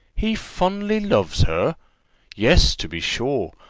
he fondly loves her yes, to be sure,